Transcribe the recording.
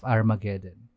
Armageddon